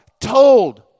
Told